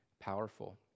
powerful